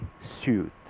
suit